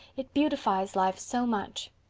it beautifies life so much.